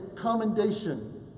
commendation